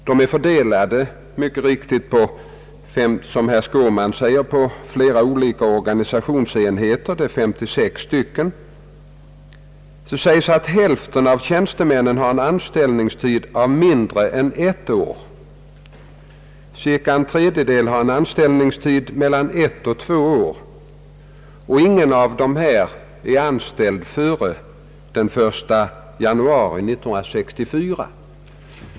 Som herr Skårman säger är de fördelade på flera olika organisationsenheter, det är 56 stycken. Hälften av tjänstemännen har en anställningstid av mindre än ett år, cirka en tredjedel har en anställningstid mellan ett och två år, och ingen av tjänstemännen är anställd före den 1 januari 1964.